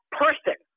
person